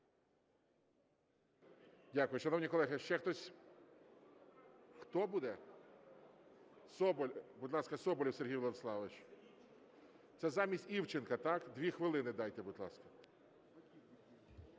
Дякую. Шановні колеги, ще хтось? Хто буде? Соболєв. Будь ласка, Соболєв Сергій Владиславович. Це замість Івченка, так? Дві хвилини дайте, будь ласка.